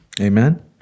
Amen